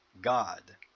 God